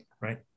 right